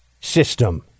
system